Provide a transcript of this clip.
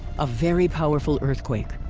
a very powerful earthquake.